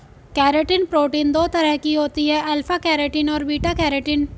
keratin protein दो तरह की होती है अल्फ़ा केरेटिन और बीटा केरेटिन